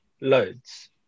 loads